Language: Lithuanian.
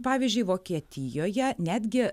pavyzdžiui vokietijoje netgi